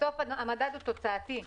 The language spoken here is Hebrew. בסוף המדד הוא תוצאתי.